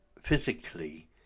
physically